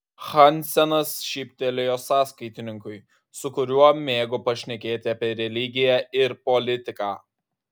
hansenas šyptelėjo sąskaitininkui su kuriuo mėgo pašnekėti apie religiją ir politiką